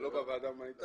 זה לא בוועדה ההומניטרית.